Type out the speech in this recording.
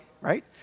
right